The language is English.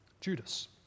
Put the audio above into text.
Judas